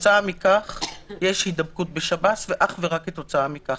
כתוצאה מכך יש הידבקות בשב"ס, ואך ורק כתוצאה מכך.